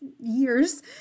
years